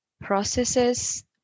processes